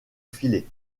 filer